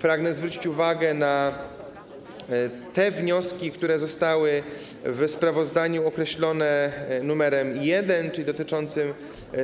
Pragnę zwrócić uwagę na te wnioski, które zostały w sprawozdaniu określone jako nr 1, czyli dotyczące